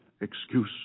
excuse